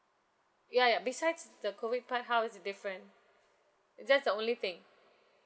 ya ya besides the COVID part how is it different uh that's the only thing